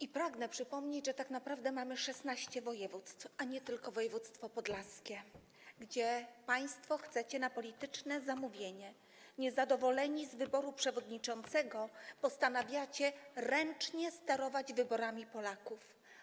i pragnę przypomnieć, że tak naprawdę mamy szesnaście województw, a nie tylko województwo podlaskie, gdzie państwo na polityczne zamówienie, niezadowoleni z wyboru przewodniczącego, postanawiacie ręcznie sterować wyborami Polaków.